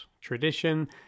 tradition